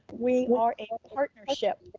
we are a partnership,